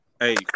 Hey